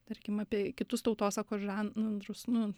tarkim apie kitus tautosakos žandrus nu